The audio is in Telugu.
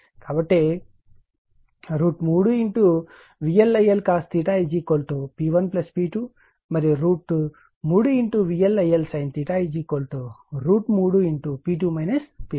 కాబట్టి 3VLIL cos P1P2 మరియు 3VLIL sin 3P2 P1